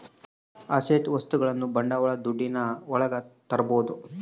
asset ವಸ್ತುಗಳನ್ನ ಬಂಡವಾಳ ದುಡ್ಡಿನ ಒಳಗ ತರ್ಬೋದು